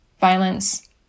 violence